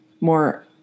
more